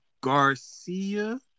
Garcia